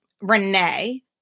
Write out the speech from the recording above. Renee